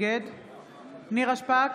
נגד נירה שפק,